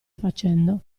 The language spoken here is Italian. facendo